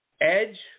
Edge